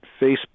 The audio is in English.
Facebook